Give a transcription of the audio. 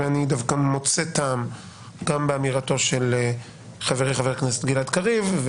ואני דווקא מוצא טעם גם באמירתו של חברי חבר הכנסת גלעד קריב,